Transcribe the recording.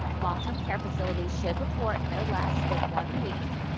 long-term care facilities should report no less than one week.